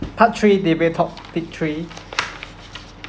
part three debate topic three